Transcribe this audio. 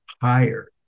higher